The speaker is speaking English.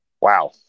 Wow